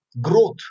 growth